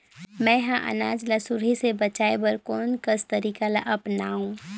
मैं ह अनाज ला सुरही से बचाये बर कोन कस तरीका ला अपनाव?